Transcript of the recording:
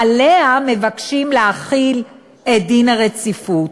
עליה מבקשים להחיל את דין הרציפות.